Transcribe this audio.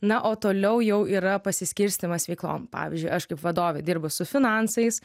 na o toliau jau yra pasiskirstymas veiklom pavyzdžiui aš kaip vadovė dirbu su finansais